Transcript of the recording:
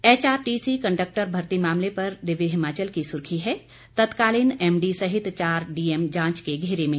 HRTC conductor भर्ती मामले पर दिव्य हिमाचल की सुर्खी है तत्कालीन एमडी सहित चार डीएम जांच के घेरे में